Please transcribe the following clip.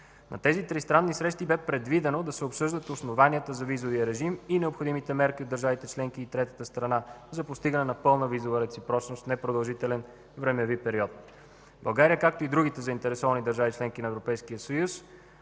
На тези тристранни срещи беше предвидено да се обсъждат основанията за визовия режим и необходимите мерки от държавите членки и третата страна за постигане на пълна визова реципрочност в непродължителен времеви период. България, както и другите заинтересовани държави – членки на Европейския съюз,